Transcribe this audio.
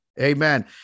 Amen